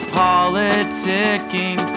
politicking